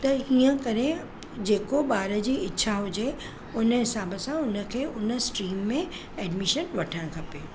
त हीअं करे जेको ॿार जी इच्छा हुजे उन हिसाब सां उनखे उन स्ट्रीम में एडमिशन वठणु खपे